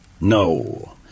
No